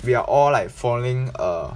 we are all like following a